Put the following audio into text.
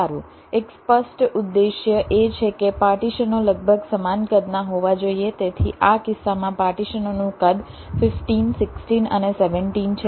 સારું એક સ્પષ્ટ ઉદ્દેશ્ય એ છે કે પાર્ટીશનો લગભગ સમાન કદના હોવા જોઈએ તેથી આ કિસ્સામાં પાર્ટીશનોનું કદ 15 16 અને 17 છે